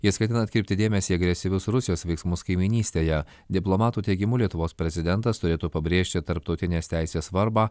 jis ketina atkreipti dėmesį į agresyvius rusijos veiksmus kaimynystėje diplomatų teigimu lietuvos prezidentas turėtų pabrėžti tarptautinės teisės svarbą